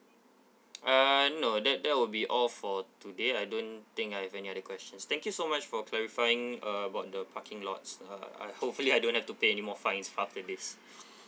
uh no that that would be all for today I don't think I have any other questions thank you so much for clarifying uh about the parking lots uh I hopefully I don't have to pay anymore fines after this